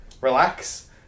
relax